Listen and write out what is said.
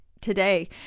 today